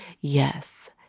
yes